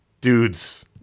dudes